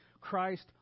Christ